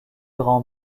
rend